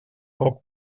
poc